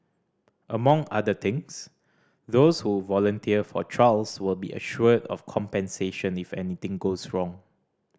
among other things those who volunteer for trials will be assured of compensation if anything goes wrong